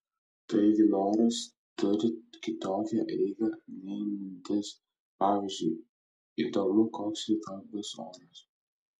taigi noras turi kitokią eigą nei mintis pavyzdžiui įdomu koks rytoj bus oras